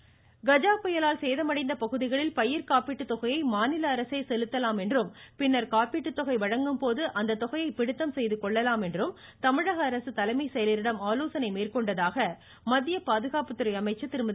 நிர்மலா சீதாராமன் கஜா புயலால் சேதமடைந்த பகுதிகளில் பயிர்க்காப்பீட்டு தொகையை மாநில அரசே செலுத்தலாம் என்றும் பின்னர் காப்பீட்டுத்தொகை வழங்கும்போது அந்த தொகையை பிடித்தம் செய்து கொள்ளலாம் என்றும் தமிழக அரசு தலைமை செயலரிடம் ஆலோசனை மேற்கொண்டதாக மத்திய பாதுகாப்புத்துறை அமைச்சர் திருமதி